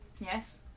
yes